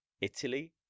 Italy